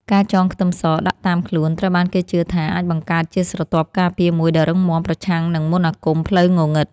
ការចងខ្ទឹមសដាក់តាមខ្លួនត្រូវបានគេជឿថាអាចបង្កើតជាស្រទាប់ការពារមួយដ៏រឹងមាំប្រឆាំងនឹងមន្តអាគមផ្លូវងងឹត។